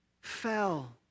fell